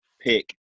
pick